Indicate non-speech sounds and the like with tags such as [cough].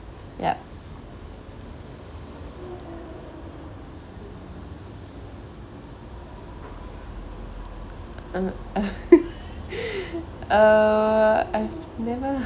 ya uh [laughs] uh I've never